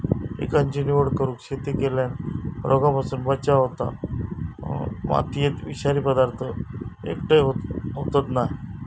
पिकाची निवड करून शेती केल्यार रोगांपासून बचाव होता, मातयेत विषारी पदार्थ एकटय होयत नाय